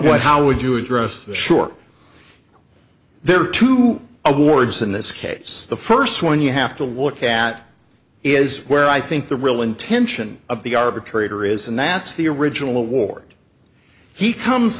what how would you address the sure there are two awards in this case the first one you have to look at is where i think the real intention of the arbitrator is and that's the original award he comes